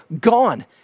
gone